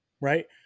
right